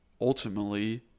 ultimately